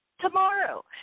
tomorrow